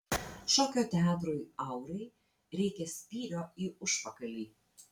šokio teatrui aurai reikia spyrio į užpakalį